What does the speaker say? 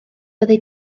fyddi